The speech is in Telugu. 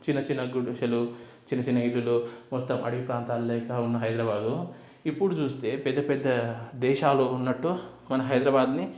చిన్న చిన్న గుడిసెలు చిన్న చిన్న ఇళ్ళు మొత్తం అడవి ప్రాంతాలు లేక ఉన్న హైదరాబాదు ఇప్పుడు చూస్తే పెద్ద పెద్ద దేశాల్లో ఉన్నట్టు మన హైదరాబాద్ని